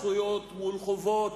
זכויות מול חובות,